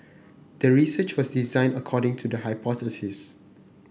the research was designed according to the hypothesis